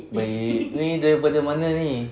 baik ni daripada mana ni